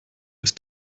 ist